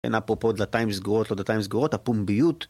אין אפרופו דלתיים סגורות, לא דלתיים סגורות, הפומביות